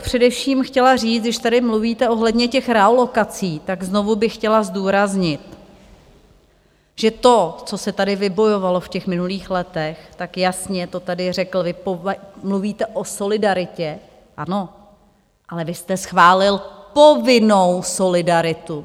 Především bych chtěla říct, když tady mluvíte ohledně těch realokací, tak znovu bych chtěla zdůraznit, že to, co se tady vybojovalo v minulých letech, tak jasně to tady řekl vy mluvíte o solidaritě, ano, ale vy jste schválil povinnou solidaritu!